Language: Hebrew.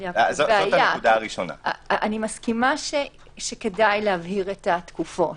אני מסכימה שכדאי להבהיר את התקופות.